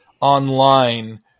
online